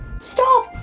stop!